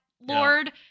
Lord